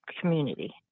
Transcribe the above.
community